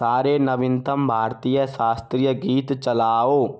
सारे नवीनतम भारतीय शास्त्रीय गीत चलाओ